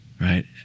right